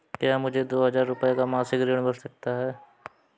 क्या मुझे दो हजार रूपए का मासिक ऋण मिल सकता है?